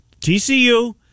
TCU